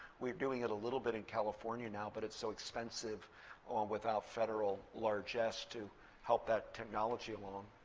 we're doing it a little bit in california now, but it's so expensive without federal largesse to help that technology along.